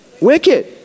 Wicked